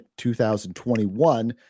2021